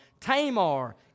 Tamar